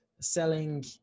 selling